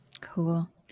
Cool